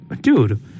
Dude